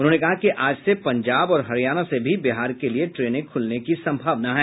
उन्होंने कहा कि आज से पंजाब और हरियाणा से भी बिहार के लिए ट्रेनें खुलने की संभावना है